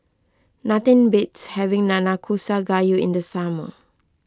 nothing beats having Nanakusa Gayu in the summer